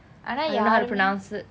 ஆனா யாருமே:aanaa yaarume